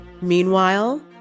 Meanwhile